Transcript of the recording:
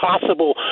possible